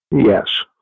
Yes